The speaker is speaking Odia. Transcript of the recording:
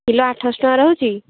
କିଲୋ ଆଠଶହ ଟଙ୍କା ରହୁଛି